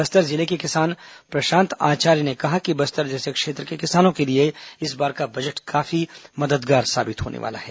बस्तर जिले के किसान प्रशांत आचार्य ने कहा कि बस्तर जैसे क्षेत्र के किसानों के लिए इस बार का बजट काफी मददगार साबित होने वाला है